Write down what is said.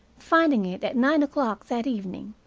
finding it at nine o'clock that evening,